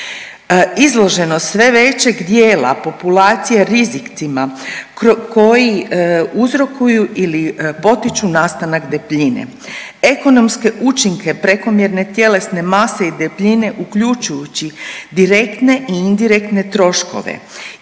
Izloženost sve većeg dijela populacije rizicima koji uzrokuju ili potiču nastanak debljine, ekonomske učinke prekomjerne tjelesne mase i debljine uključujući direktne i indirektne troškove.